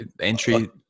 Entry